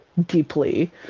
deeply